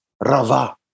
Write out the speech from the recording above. rava